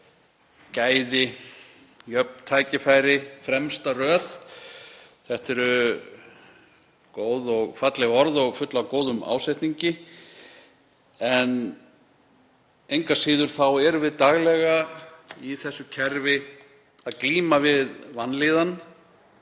gæði, jöfn tækifæri, fremsta röð — þetta eru góð og falleg orð og full af góðum ásetningi en engu að síður erum við daglega í þessu kerfi að glíma við vanlíðan,